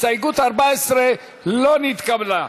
הסתייגות 14 לא נתקבלה.